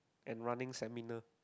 and running seminar